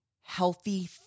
healthy